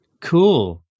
Cool